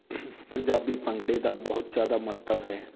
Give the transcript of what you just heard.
ਪੰਜਾਬੀ ਭੰਗੜੇ ਦਾ ਬਹੁਤ ਜ਼ਿਆਦਾ ਮਹੱਤਵ ਹੈ